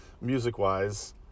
music-wise